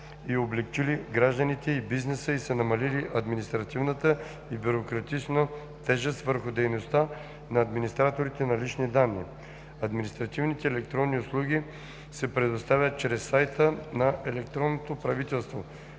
Административните електронни услуги се предоставят чрез сайта на